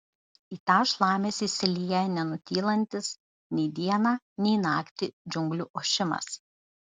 į tą šlamesį įsilieja nenutylantis nei dieną nei naktį džiunglių ošimas